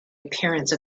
appearance